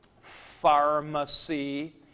pharmacy